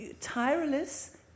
Tireless